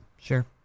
sure